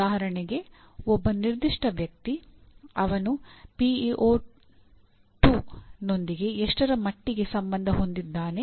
ಉದಾಹರಣೆಗೆ ಒಬ್ಬ ನಿರ್ದಿಷ್ಟ ವ್ಯಕ್ತಿ ಅವನು ಪಿಇಒ 2 ನೊಂದಿಗೆ ಎಷ್ಟರ ಮಟ್ಟಿಗೆ ಸಂಬಂಧ ಹೊಂದಿದ್ದಾನೆ